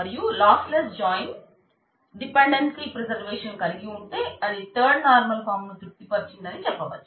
మరియు lossless join ను తృప్తి పరిచిందని చెప్పవచ్చు